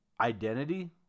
identity